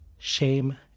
shame